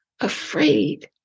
afraid